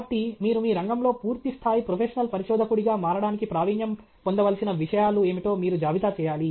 కాబట్టి మీరు మీ రంగంలో పూర్తిస్థాయి ప్రొఫెషనల్ పరిశోధకుడిగా మారడానికి ప్రావీణ్యం పొందవలసిన విషయాలు ఏమిటో మీరు జాబితా చేయాలి